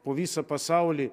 po visą pasaulį